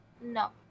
No